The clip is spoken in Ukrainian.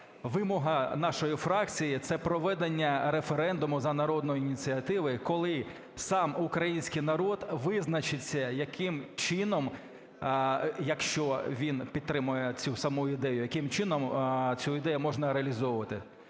вимога нашої фракції – це проведення референдуму за народної ініціативи, коли сам український народ визначиться, яким чином, якщо він підтримає саму ідею, яким чином цю ідею можна реалізовувати.